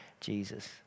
Jesus